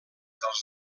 dels